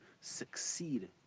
succeed